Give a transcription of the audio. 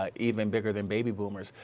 ah even bigger than baby boomers,